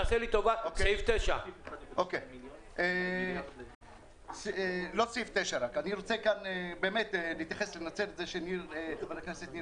תתייחס לסעיף 9. אני רוצה לנצל את העובדה שחבר הכנסת ניר